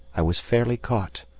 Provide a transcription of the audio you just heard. i was fairly caught.